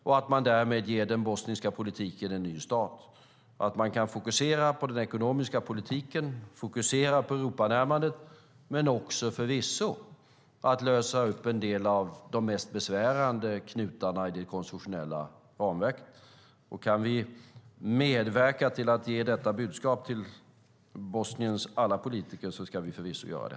Då kan man ge den bosniska politiken en nystart och fokusera på den ekonomiska politiken och Europanärmandet men förvisso också lösa upp en del av de mest besvärande knutarna i det konstitutionella ramverket. Kan vi medverka till att ge detta budskap till Bosniens alla politiker ska vi förvisso göra det.